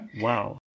Wow